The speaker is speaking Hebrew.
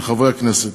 לחברי הכנסת.